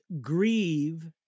grieve